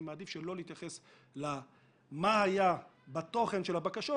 אני מעדיף שלא להתייחס למה שהיה בתוכן של הבקשות.